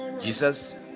jesus